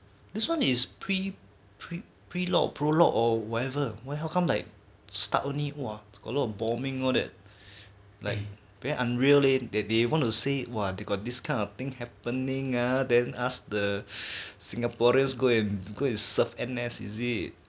this one is pre~ pre~ lo~ prologue or whatever why how come they start only got a lot of bombing all that a bit unreal leh that they wanted to say !wah! you got this kind thing happening uh then asked the singaporeans go and go and serve N_S is it